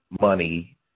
money